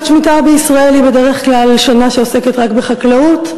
שנת שמיטה בישראל היא בדרך כלל שנה שעוסקת רק בחקלאות,